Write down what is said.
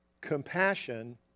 compassion